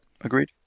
Agreed